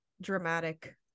dramatic